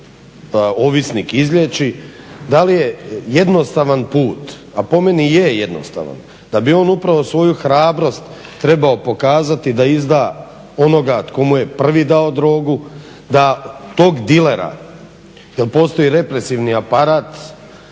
da li je jednostavan put a po meni je jednostavan da bi on upravo svoju hrabrost trebao pokazati da izda onoga tko mu je prvi dao drogu, da tog dilera jer postoji represivni aparat,